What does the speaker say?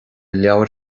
leabhair